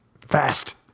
Fast